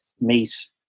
meat